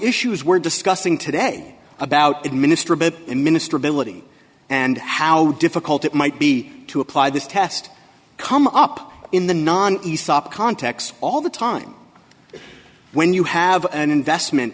issues we're discussing today about it minister a bit minister ability and how difficult it might be to apply this test come up in the non aesop context all the time when you have an investment